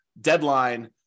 deadline